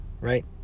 right